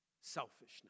selfishness